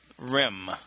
rim